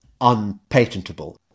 unpatentable